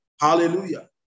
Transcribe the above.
Hallelujah